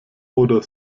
oder